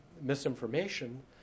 misinformation